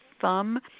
thumb